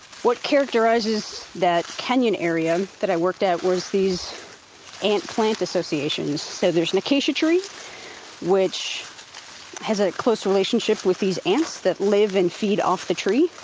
what characterises that kenyan area i worked at was these ant plant associations. so there's an acacia tree which has a close relationship with these ants that live and feed off the tree,